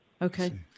Okay